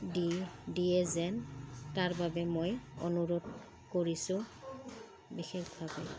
দি দিয়ে যেন তাৰবাবে মই অনুৰোধ কৰিছোঁ বিশেষভাৱে